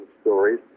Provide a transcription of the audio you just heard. stories